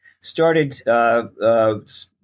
started